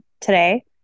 today